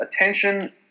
attention